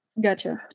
gotcha